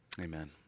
Amen